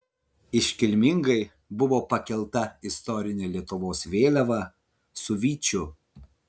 iškilmingai buvo pakelta istorinė lietuvos vėliava su vyčiu